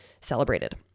celebrated